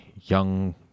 young